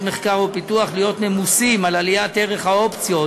מחקר ופיתוח להיות ממוסים על עליית ערך האופציות